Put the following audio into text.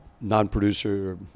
non-producer